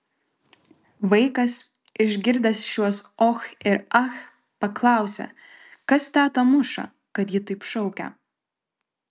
vaikas išgirdęs šiuos och ir ach paklausė kas tetą muša kad ji taip šaukia